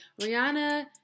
Rihanna